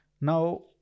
Now